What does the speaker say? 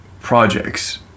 projects